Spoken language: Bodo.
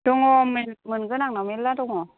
दङ मोनगोन आंनाव मेरला दङ